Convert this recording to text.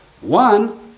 One